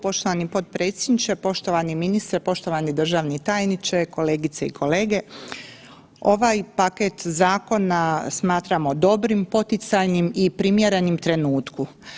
Poštovani potpredsjedniče, poštovani ministre, poštovani državni tajniče, kolegice i kolege ovaj paket zakona smatramo dobrim, poticajnim i primjerenim trenutku.